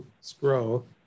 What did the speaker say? scroll